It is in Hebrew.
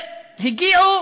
הגיעו